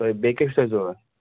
تۄہہِ بیٚیہِ کیٛاہ چھُو تۄہہِ ضرورَت